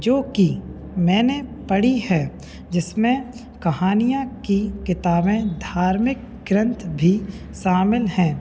जोकि मैंने पड़ी है जिसमें कहानियों की किताबें धार्मिक ग्रंथ भी शामिल हैं